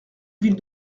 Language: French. ville